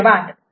धन्यवाद